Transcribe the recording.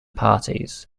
parties